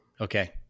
Okay